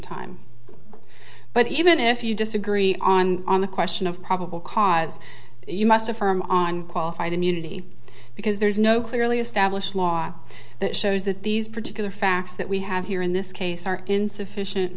time but even if you disagree on on the question of probable cause you must affirm on qualified immunity because there's no clearly established law that shows that these particular facts that we have here in this case are insufficient